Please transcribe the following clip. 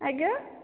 ଆଜ୍ଞା